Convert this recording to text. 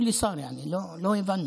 לא הבנו